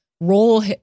roll